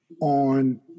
on